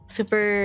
super